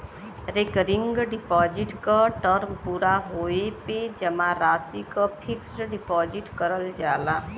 recurring deposit क term पूरा होये पे जमा राशि क फिक्स्ड डिपाजिट करल जाला